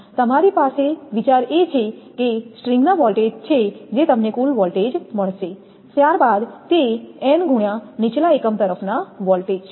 તમારી પાસે વિચાર એ છે સ્ટ્રિંગના વોલ્ટેજ છે જે તમને કુલ વોલ્ટેજ મળશે ત્યારબાદ તે 𝑛 ગુણ્યા નીચલા એકમ તરફના વોલ્ટેજ